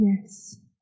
yes